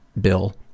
bill